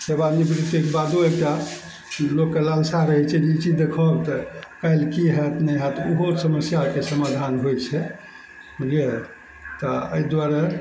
सेवानिवृतिके बादो एकटा लोकके लालसा रहय छै जे ई चीज देखब तऽ काल्हि की हैत नहि हैत उहो समस्याके समाधान होइ छै बुझलियै तऽ अइ दुआरे